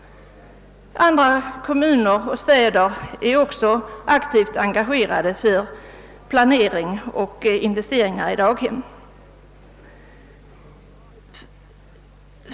Andra kommuner och städer är också aktivt engagerade för planering av och investeringar i daghem.